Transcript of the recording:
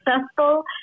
successful